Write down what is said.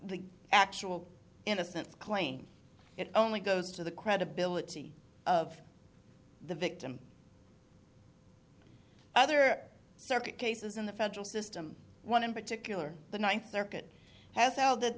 the actual innocence claim it only goes to the credibility of the victim other circuit cases in the federal system one in particular the ninth circuit has held that